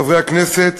חברי הכנסת,